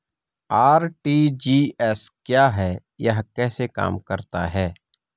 RTGS क्या है यह कैसे काम करता है?